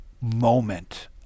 moment